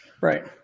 Right